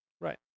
Right